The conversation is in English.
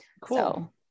Cool